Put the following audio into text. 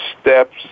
steps